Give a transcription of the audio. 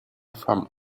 from